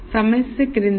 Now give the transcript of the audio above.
సమస్య క్రిందిది